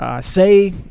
Say